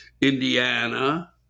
Indiana